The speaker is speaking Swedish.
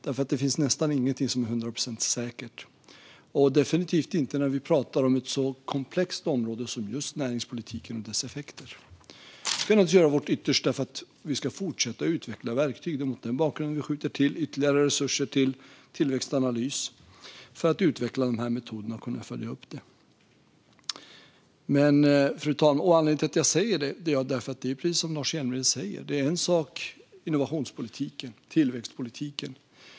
Det finns nämligen nästan ingenting som är hundra procent säkert, och definitivt inte när vi pratar om ett så komplext område som just näringspolitiken och dess effekter. Vi ska naturligtvis göra vårt yttersta för att fortsätta utveckla verktyg. Det är mot denna bakgrund, för att utveckla dessa metoder och kunna följa upp detta, som vi skjuter till ytterligare resurser till Tillväxtanalys. Anledningen till att jag säger det är att det är precis som Lars Hjälmered säger. Innovationspolitiken och tillväxtpolitiken är en sak.